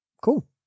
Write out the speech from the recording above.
Cool